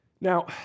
Now